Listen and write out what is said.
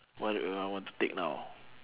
what will I want to take now